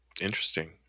Interesting